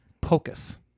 Pocus